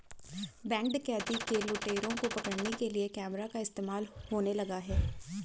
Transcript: Bank डकैती के लुटेरों को पकड़ने के लिए कैमरा का इस्तेमाल होने लगा है?